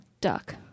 duck